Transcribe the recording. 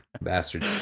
bastard